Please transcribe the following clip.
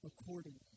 accordingly